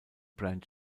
brand